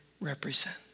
represent